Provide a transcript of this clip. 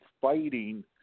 fighting